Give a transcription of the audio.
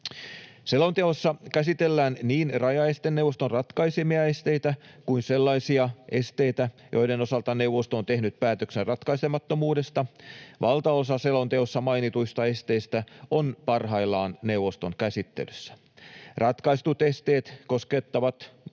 Selonteossa käsitellään niin rajaesteneuvoston ratkaisemia esteitä kuin sellaisia esteitä, joiden osalta neuvosto on tehnyt päätöksen ratkaisemattomuudesta. Valtaosa selonteossa mainituista esteistä on parhaillaan neuvoston käsittelyssä. Ratkaistut esteet koskettavat